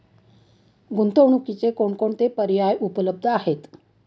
गुंतवणुकीचे कोणकोणते पर्याय उपलब्ध आहेत?